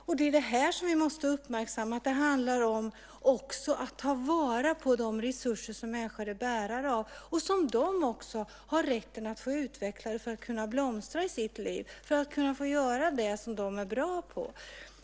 Vi måste alltså uppmärksamma att det handlar om att ta vara på de resurser som människor är bärare av och som de också har rätt att få utveckla för att kunna blomstra, för att kunna göra det som de är bra på.